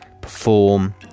perform